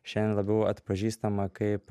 šiandien labiau atpažįstamą kaip